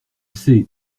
sais